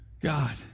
God